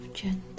gentle